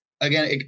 again